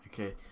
okay